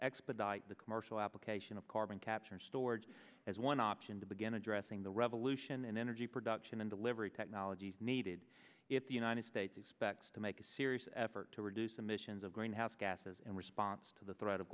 expedite the commercial application of carbon capture and storage as one option to begin addressing the revolution in energy production and delivery technologies needed if the united states expects to make a serious effort to reduce emissions of greenhouse gases in response to the threat of